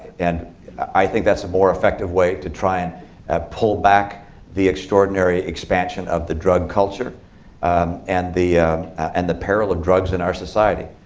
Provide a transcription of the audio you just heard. and i think that's a more effective way to try and ah pull back the extraordinary expansion of the drug culture and the and the peril of drugs in our society.